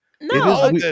No